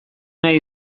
nahi